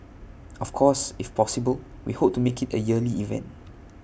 of course if possible we hope to make IT A yearly event